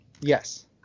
Yes